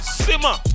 simmer